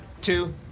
two